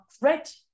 great